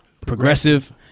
progressive